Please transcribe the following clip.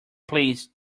please